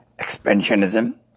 expansionism